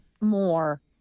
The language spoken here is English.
more